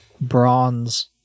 bronze